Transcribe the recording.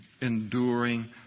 enduring